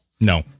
No